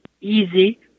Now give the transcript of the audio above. easy